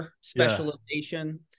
specialization